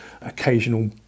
occasional